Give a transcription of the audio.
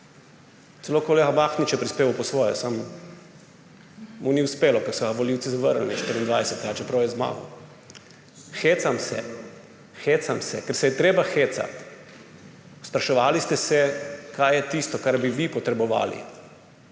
Celo kolega Mahnič je prispeval po svoje. Samo mu ni uspelo, ker so ga volivci zavrnili 24., čeprav je zmagal. Hecam se. Hecam se, ker se je treba hecati. Spraševali ste se, kaj je tisto, kar bi vi potrebovali,